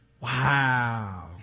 Wow